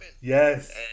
Yes